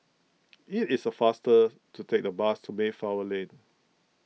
it is a faster to take the bus to Mayflower Lane